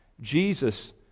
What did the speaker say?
Jesus